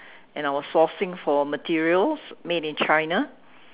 and I was sourcing for materials made in China